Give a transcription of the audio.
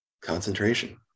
Concentration